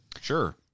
Sure